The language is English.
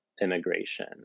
immigration